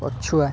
ପଛୁଆ